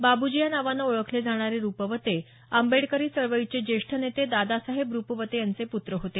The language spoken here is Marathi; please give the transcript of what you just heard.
बाबुजी या नावानं ओळखले जाणारे रुपवते आंबेडकरी चळवळीचे ज्येष्ठ नेते दादासाहेब रुपवते यांचे पूत्र होते